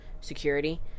security